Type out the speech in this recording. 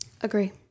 Agree